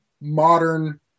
modern